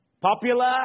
popular